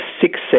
six